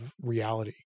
reality